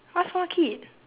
what small kid